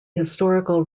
historical